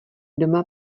doma